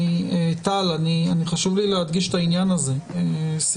טל, חשוב לי להדגיש את העניין הזה.